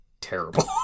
terrible